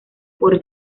por